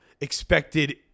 expected